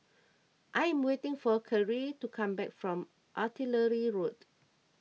I am waiting for Kerrie to come back from Artillery Road